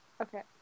Okay